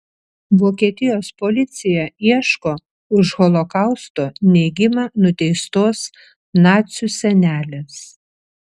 vokietijos policija ieško už holokausto neigimą nuteistos nacių senelės